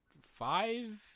five